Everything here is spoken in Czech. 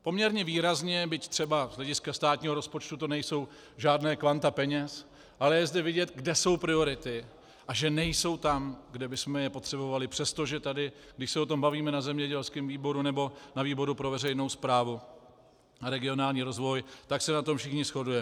Poměrně výrazně, byť třeba z hlediska státního rozpočtu to nejsou žádná kvanta peněz, ale je zde vidět, kde jsou priority a že nejsou tam, kde bychom je potřebovali, přestože tady, když se o tom bavíme na zemědělském výboru nebo na výboru pro veřejnou správu a regionální rozvoj, tak se na tom všichni shodujeme.